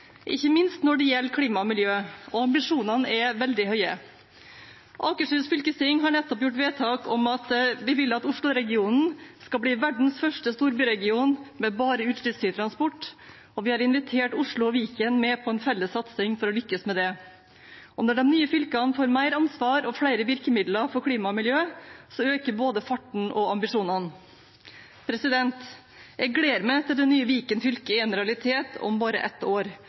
ikke minst når det gjelder klima og miljø, og ambisjonene er veldig høye. Akershus fylkesting har nettopp gjort vedtak om at vi vil at Oslo-regionen skal bli verdens første storbyregion med bare utslippsfri transport, og vi har invitert Oslo og Viken med på en felles satsing for å lykkes med det. Når de nye fylkene får mer ansvar og flere virkemidler for klima og miljø, øker både farten og ambisjonene. Jeg gleder meg til det nye Viken fylke er en realitet om bare ett år